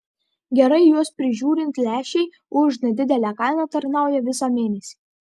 gerai juos prižiūrint lęšiai už nedidelę kainą tarnauja visą mėnesį